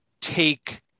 take